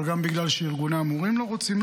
אבל גם בגלל שארגוני המורים לא רוצים.